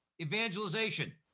evangelization